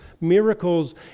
miracles